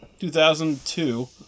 2002